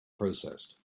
processed